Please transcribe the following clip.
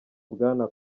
bwana